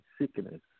sickness